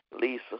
Lisa